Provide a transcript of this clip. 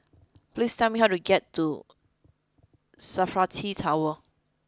please tell me how to get to Safari T Tower